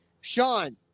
Sean